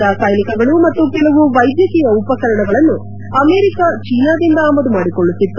ರಾಸಾಯನಿಕಗಳು ಮತ್ತು ಕೆಲವು ವೈದ್ಯಕೀಯ ಉಪಕರಣಗಳನ್ನು ಅಮೆರಿಕ ಚೀನಾದಿಂದ ಆಮದು ಮಾಡಿಕೊಳ್ಳುತ್ತಿತ್ತು